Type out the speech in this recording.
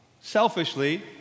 selfishly